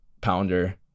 pounder